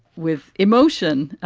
with emotion,